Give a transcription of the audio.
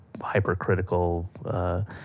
hypercritical